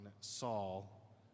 Saul